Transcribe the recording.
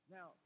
Now